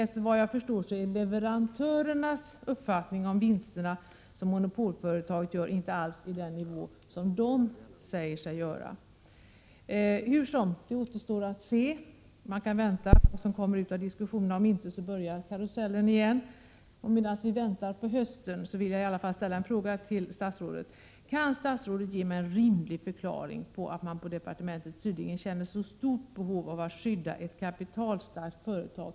Såvitt jag förstår är leverantörernas uppfattning att de vinster som monopolföretaget gör inte alls ligger på den nivå som det hävdas att de skulle befinna sig på. Det återstår att se vad som kommer ut av de överläggningar som skall ske. Om något resultat inte uppnås, så börjar karusellen snurra igen. Medan vi väntar på höstens förhandlingar vill jag i alla fall ställa en fråga till statsrådet: Kan statsrådet ge mig en rimlig förklaring till varför man på departementet tydligen känner så stort behov av att i detta fall skydda ett kapitalstarkt företag?